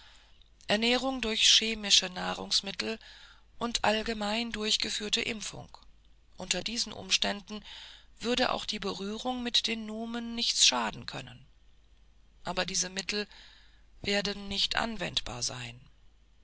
ernährung durch chemische nahrungsmittel und allgemein durchgeführte impfung unter diesen umständen würde auch die berührung mit den numen nichts schaden können aber diese mittel werden nicht anwendbar sein